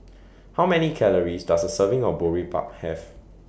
How Many Calories Does A Serving of Boribap Have